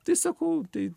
tai sakau tai